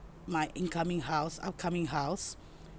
my incoming house upcoming house